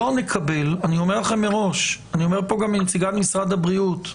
אני אומר לכם מראש וגם לנציגת משרד הבריאות: